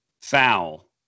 Foul